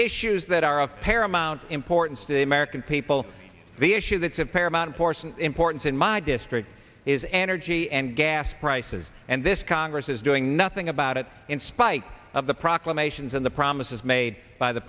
issues that are of paramount importance to the american people the issue that's of paramount importance importance in my district is energy and gas prices and this congress is doing nothing about it in spite of the proclamations on the promises made by the